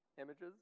images